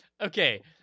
Okay